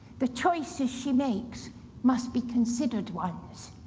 the choices she makes must be considered ones.